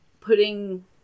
putting